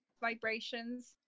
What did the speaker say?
vibrations